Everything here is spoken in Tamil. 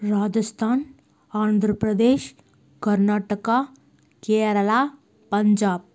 ராஜஸ்தான் ஆந்திரப் பிரதேஷ் கர்நாட்டகா கேரளா பஞ்சாப்